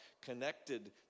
connected